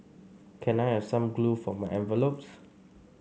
can I have some glue for my envelopes